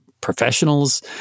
professionals